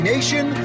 Nation